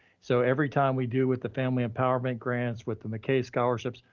so every time we do with the family empowerment grants, with the mckay scholarships,